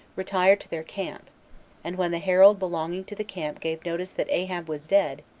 retired to their camp and when the herald belonging to the camp gave notice that ahab was dead,